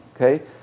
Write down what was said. Okay